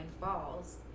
Falls